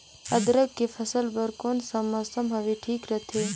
अदरक के फसल बार कोन सा मौसम हवे ठीक रथे?